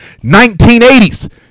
1980s